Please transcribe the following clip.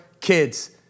kids